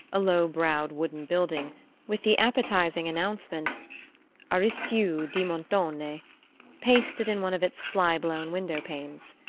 a low-browed wooden building with the appetizing announcement aristiu di montone pasted in one of its fly-blown window-panes.